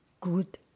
good